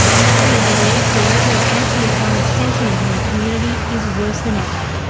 mariam believes the level of anti-islamic sentiment in the community is worse than ever.